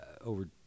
over